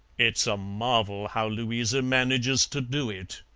it is a marvel how louisa manages to do it,